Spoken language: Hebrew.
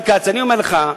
אני אומר לך,